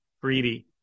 greedy